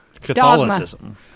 Catholicism